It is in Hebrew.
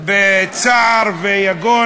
בצער ויגון,